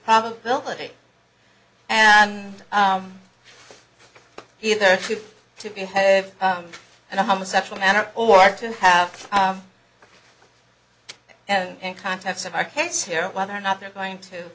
probability and either to behave in a homo sexual manner or to have and in context of our case here whether or not they're going to